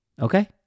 Okay